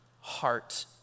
heart